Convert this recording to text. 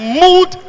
mood